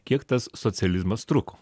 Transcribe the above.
kiek tas socializmas truko